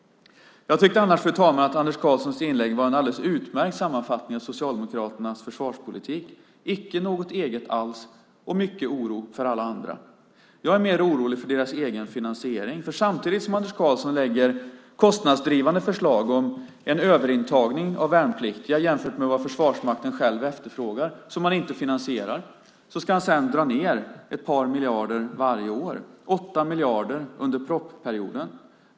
Jag tycker annars att Anders Karlssons inlägg var en alldeles utmärkt sammanfattning av Socialdemokraternas försvarspolitik - icke något eget alls och mycket oro för alla andra. Jag är mer orolig för deras egen finansiering. Samtidigt som Anders Karlsson lägger fram kostnadsdrivande förslag om överintagning av värnpliktiga jämfört med vad Försvarsmakten själv efterfrågar, som han inte finansierar, ska han sedan dra ned ett par miljarder varje år. Det är fråga om 8 miljarder under propositionens föreslagna period.